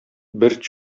бер